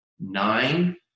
Nine